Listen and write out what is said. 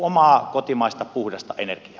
omaa kotimaista puhdasta energiaa